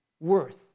Worth